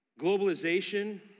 Globalization